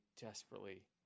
desperately